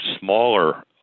smaller